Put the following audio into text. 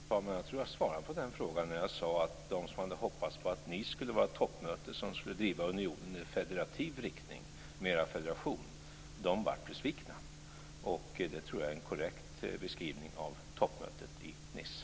Fru talman! Jag tror att jag svarade på den frågan när jag sade att de som hade hoppats på att Nice skulle vara ett toppmöte som skulle driva unionen i federativ riktning blev besvikna. Det tror jag är en korrekt beskrivning av toppmötet i Nice.